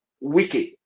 wicked